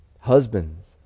Husbands